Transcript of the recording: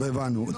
טוב, הבנו.